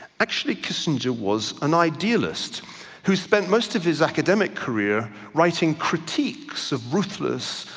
actually kissinger was an idealist who spent most of his academic career writing critiques of ruthless,